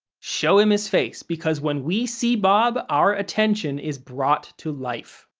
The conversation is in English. show him his face, because when we see bob, our attention is brought to life.